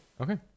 Okay